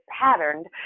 patterned